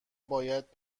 باید